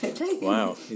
Wow